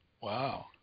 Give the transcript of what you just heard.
Wow